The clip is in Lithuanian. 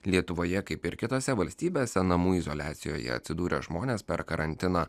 lietuvoje kaip ir kitose valstybėse namų izoliacijoje atsidūrę žmonės per karantiną